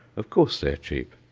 of course they are cheap.